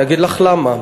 אני אגיד לך למה.